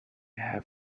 have